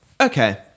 okay